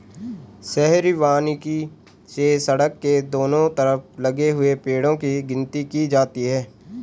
शहरी वानिकी से सड़क के दोनों तरफ लगे हुए पेड़ो की गिनती की जाती है